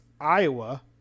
Iowa